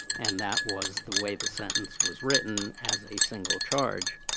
and that was the way the sentence was written as a single charge.